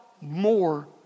more